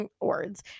words